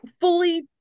fully